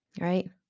right